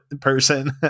person